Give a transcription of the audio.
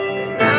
Now